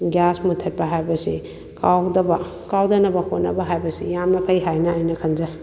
gas ꯃꯨꯊꯠꯄ ꯍꯥꯏꯕꯁꯤ ꯀꯥꯎꯗꯕ ꯀꯥꯎꯗꯅꯕ ꯍꯣꯠꯅꯕ ꯍꯥꯏꯕꯁꯤ ꯌꯥꯝꯅ ꯐꯩ ꯍꯥꯏꯅ ꯑꯩꯅ ꯈꯟꯖꯩ